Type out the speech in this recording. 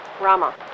Rama